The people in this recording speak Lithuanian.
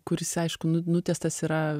kuris aišku nu nutiestas yra